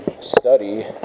study